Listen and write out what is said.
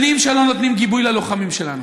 שנים שלא נותנים גיבוי ללוחמים שלנו.